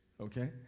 okay